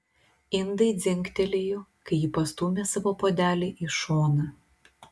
indai dzingtelėjo kai ji pastūmė savo puodelį į šoną